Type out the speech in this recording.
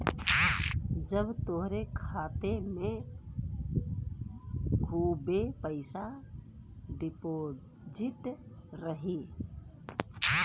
जब तोहरे खाते मे खूबे पइसा डिपोज़िट रही